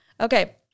Okay